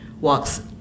walks